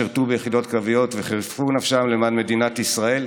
שירתו ביחידות קרביות וחירפו נפשם למען מדינת ישראל,